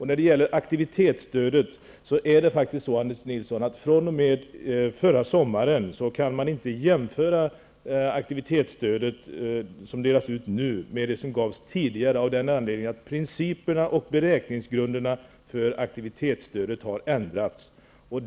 När det gäller aktivitetsstödet är det faktiskt så, Anders Nilsson, att fr.o.m. förra sommaren kan man inte jämföra det stöd som delas ut med det som gavs tidigare, av den anledningen att principerna och beräkningsgrunderna för aktivitetsstödet har ändrats.